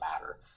matter